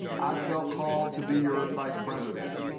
i felt called to be your vice president.